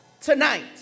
Tonight